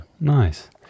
Nice